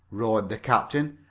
roared the captain.